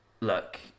look